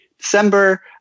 December